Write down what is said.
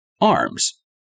arms